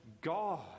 God